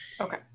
Okay